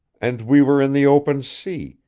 and we were in the open sea,